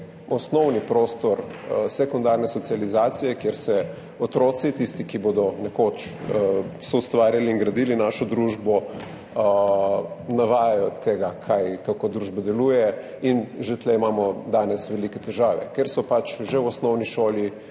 osnovni prostor sekundarne socializacije, kjer se otroci, tisti, ki bodo nekoč soustvarjali in gradili našo družbo, navajajo tega, kako družba deluje. Že tukaj imamo danes velike težave, ker že v osnovni šoli